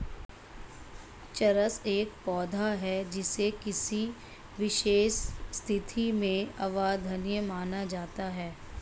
चरस एक पौधा है जिसे किसी विशेष स्थिति में अवांछनीय माना जाता है